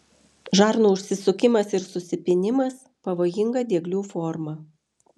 žarnų užsisukimas ir susipynimas pavojinga dieglių forma